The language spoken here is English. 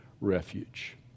refuge